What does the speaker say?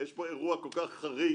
יש פה אירוע כל כך חריג,